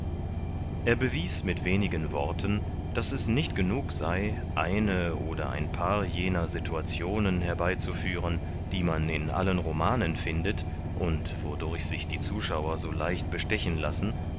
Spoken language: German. er bewies mit wenigen worten daß es nicht genug sei eine oder ein paar jener situationen herbeizuführen die man in allen romanen findet und wodurch sich die zuschauer so leicht bestechen lassen